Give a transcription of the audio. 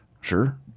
Sure